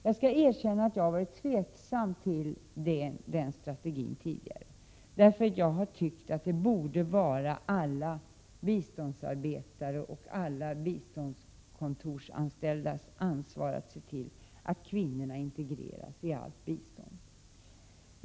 Jag skall erkänna att jag har varit tveksam till den strategin tidigare, eftersom jag har tyckt att det borde vara alla biståndsarbetares och alla biståndskontorsanställdas ansvar att se till, att kvinnorna integreras i allt bistånd.